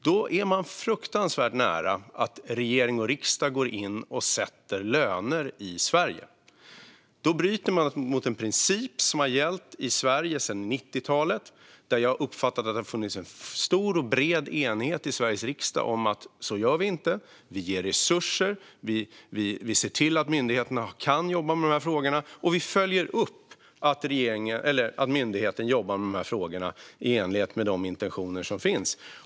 Då är vi fruktansvärt nära ett läge där regering och riksdag går in och sätter löner i Sverige. Då bryter vi mot en princip som har gällt i Sverige sedan 90-talet, där jag har uppfattat att det har funnits en stor och bred enighet i Sveriges riksdag om att vi inte gör så. Vi ger resurser, vi ser till att myndigheterna kan jobba med de här frågorna och vi följer upp att de också gör det i enlighet med de intentioner som finns.